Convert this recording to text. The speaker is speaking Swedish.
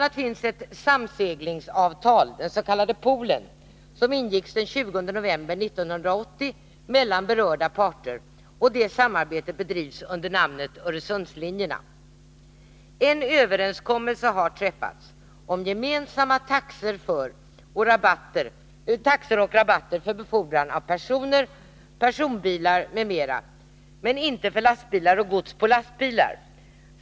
a. finns ett samseglingsavtal, den s.k. poolen, som ingicks den 20 november 1980, och det samarbetet bedrivs under namnet Öresundslinjerna. En överenskommelse har träffats om gemensamma taxor och rabatter för befordran av personer, personbilar m.m. men inte för lastbilar och gods på lastbilar.